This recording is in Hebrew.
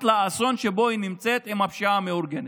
לאסון שבו היא נמצאת עם הפשיעה המאורגנת?